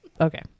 okay